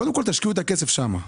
קודם כל תשקיעו את הכסף שם.